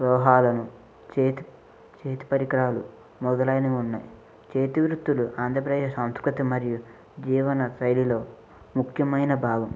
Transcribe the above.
లోహాలను చేతి చేతి పరికరాలు మొదలైనవి ఉన్నాయి చేతి వృత్తులు ఆంధ్రప్రదేశ్ సంస్కృతి మరియు జీవనశైలిలో ముఖ్యమైన భాగం